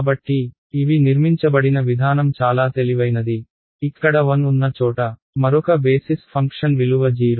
కాబట్టి ఇవి నిర్మించబడిన విధానం చాలా తెలివైనది ఇక్కడ 1 ఉన్న చోట మరొక బేసిస్ ఫంక్షన్ విలువ 0